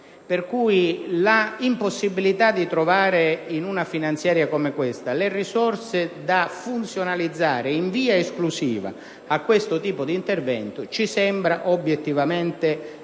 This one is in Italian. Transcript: cittadini. L'impossibilità di trovare in una manovra finanziaria come questa le risorse da funzionalizzare in via esclusiva a questo tipo di intervento ci sembra obiettivamente di pessimo